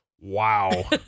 Wow